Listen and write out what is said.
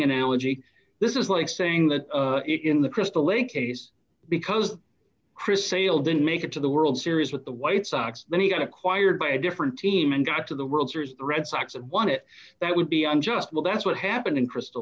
analogy this is like saying that in the crystal lake case because chris sale didn't make it to the world series with the white sox when he got acquired by a different team and got to the world series red sox won it that would be unjust but that's what happened in crystal